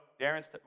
Darren's